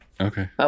Okay